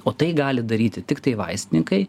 o tai gali daryti tiktai vaistininkai